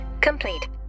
complete